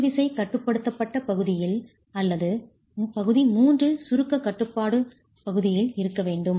இழு விசைகட்டுப்படுத்தப்பட்ட பகுதியில் அல்லது பகுதி 3 இல் சுருக்க கட்டுப்பாட்டு பகுதியில் இருக்க வேண்டும்